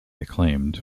acclaimed